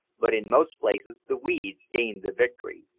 but in most places the weeds gained the victory.